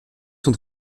sont